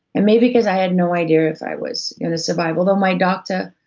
and maybe because i had no idea if i was gonna survive. although my doctor,